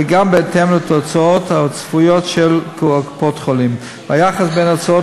אלא גם בהתאם להוצאות הצפויות של קופות-החולים והיחס בין ההוצאות